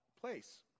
place